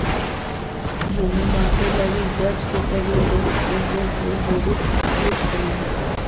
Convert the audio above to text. भूमि मापे लगी गज के प्रयोग बहुत पहिले से होवित आवित हइ